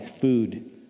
food